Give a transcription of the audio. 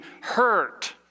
hurt